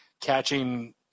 catching –